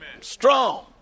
strong